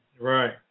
Right